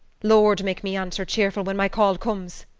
lord, make me answer cheerful when my call comes!